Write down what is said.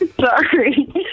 Sorry